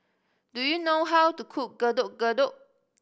do you know how to cook Getuk Getuk